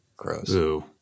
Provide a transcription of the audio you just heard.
gross